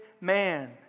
man